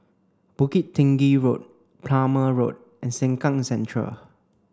Bukit Tinggi Road Plumer Road and Sengkang Central